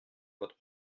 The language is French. votre